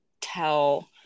tell